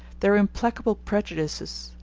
their implacable prejudices,